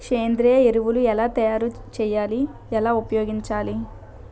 సేంద్రీయ ఎరువులు ఎలా తయారు చేయాలి? ఎలా ఉపయోగించాలీ?